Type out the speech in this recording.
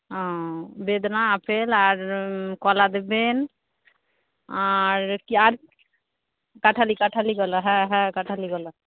ও বেদানা আপেল আর কলা দেবেন আর কি আর কাঁঠালি কাঁঠালি কলা হ্যাঁ হ্যাঁ কাঁঠালি কলা